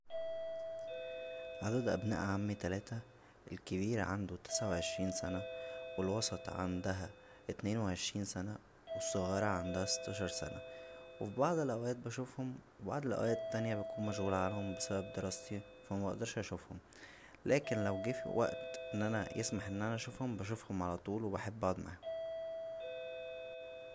عدد ابناء عمى تلاته الكبير عنده تسعه وعشرين سنه و الوسط عندها اتنين وعشرين سنه و الصغيره عندها ستاشر سنه و فى بعض الاوقات بشوفهم و بعض الاوقات التانيه بكون مشغول عنهم بسبب دراستى فا مبقدرش اشوفهم لكن لو جه فوقت ان انا يسمح ان انا اشوفهم بشوفهم علطول وبحب اقعد معاهم